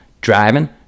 driving